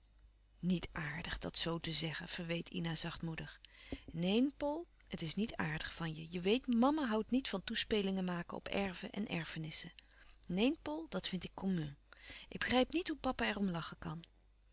niet aardig dat zoo te zeggen verweet ina zachtmoedig neen pol het is niet aardig van je je weet mama houdt niet van toespelingen maken op erven en erfenissen neen pol dat vind ik commun ik begrijp niet hoe papa er om lachen kan